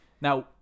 Now